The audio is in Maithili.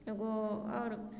एगो आओर